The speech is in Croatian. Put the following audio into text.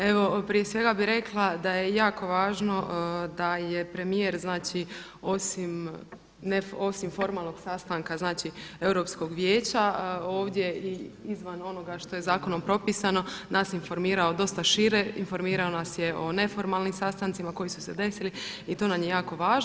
Evo prije svega bih rekla da je jako važno da je premijer, znači osim formalnog sastanka, znači Europskog vijeća ovdje i izvan onoga što je zakonom propisano nas informirao dosta šire, informirao nas je o neformalnim sastancima koji su se desili i to nam je jako važno.